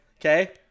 okay